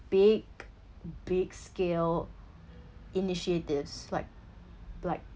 big big scale initiatives like black